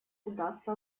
удастся